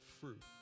fruit